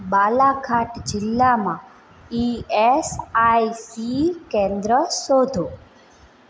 બાલાઘાટ જિલ્લામાં E S I C કેન્દ્રો શોધો